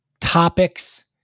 topics